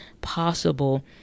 possible